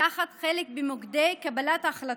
לקחת חלק במוקדי קבלת ההחלטות.